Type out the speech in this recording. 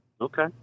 Okay